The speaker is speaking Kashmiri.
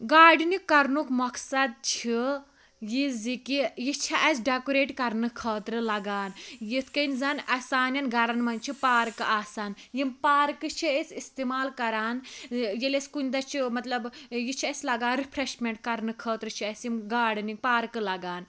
گاڈنِنٛگ کَرنُک مَقصَد چھُ یہِ زِ کہِ یہِ چھِ اَسہِ ڈیٚکُریٹ کَرنہٕ خٲطرٕ لَگان یِتھ کنۍ زَن سانٮ۪ن گَرَن مَنٛز چھِ پارکہٕ آسان یِم پارکہٕ چھِ أسۍ اِستعمال کَران ییٚلہِ أسۍ کُنہِ دۄہ چھِ مَطلَب یہِ چھُ اَسہِ لَگان رِفریٚشمنٹ کَرنہٕ خٲطرٕ چھُ اَسہِ یِم گاڈنِنٛگ پارکہٕ لَگان